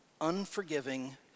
unforgiving